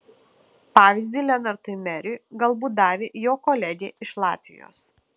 pavyzdį lenartui meriui galbūt davė jo kolegė iš latvijos